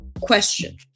question